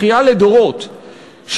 בכייה לדורות,